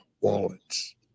wallets